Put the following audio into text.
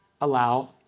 allow